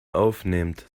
aufnehmt